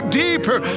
deeper